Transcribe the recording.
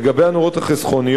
לגבי הנורות החסכוניות,